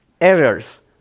errors